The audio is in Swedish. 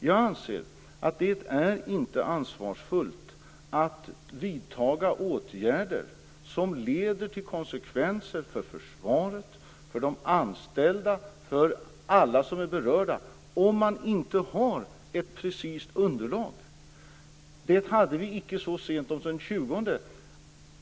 Jag anser att det inte är ansvarsfullt att vidta åtgärder som leder till konsekvenser för försvaret, för de anställda och för alla som är berörda om man inte har ett precist underlag. Det hade vi icke så sent som den 20 november.